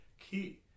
key